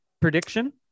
prediction